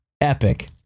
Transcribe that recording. epic